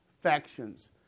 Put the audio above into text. factions